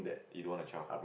you don't want a child